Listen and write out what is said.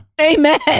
Amen